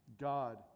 God